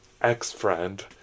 ex-friend